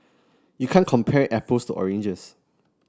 you can't compare apples to oranges